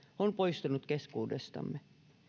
on poistunut keskuudestamme